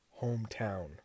hometown